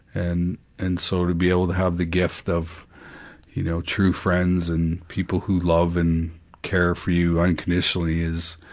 and and so to be able to have the gift of you know, true friends, and people who love and care for you unconditionally is,